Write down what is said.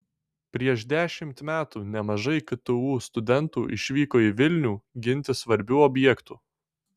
prieš dešimt metų nemažai ktu studentų išvyko į vilnių ginti svarbių objektų